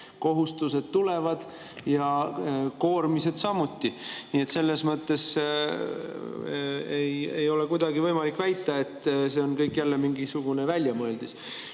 kohustused tulevad ja koormised samuti. Nii et selles mõttes ei ole kuidagi võimalik väita, et see on kõik jälle mingisugune väljamõeldis. Minu